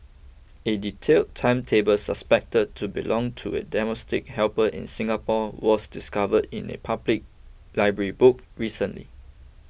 a detailed timetable suspected to belong to a domestic helper in Singapore was discovered in a public library book recently